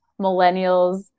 millennials